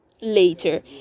later